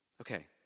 Okay